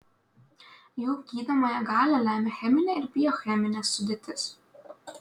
jų gydomąją galią lemia cheminė ir biocheminė sudėtis